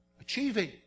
Achieving